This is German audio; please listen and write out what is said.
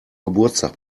geburtstag